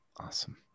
awesome